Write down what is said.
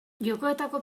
jokoetako